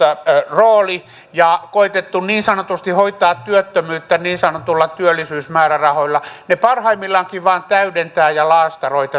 rooli ja koetettu niin sanotusti hoitaa työttömyyttä niin sanotuilla työllisyysmäärärahoilla ne parhaimmillaankin vain täydentävät ja laastaroivat